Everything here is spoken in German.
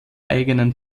eigenen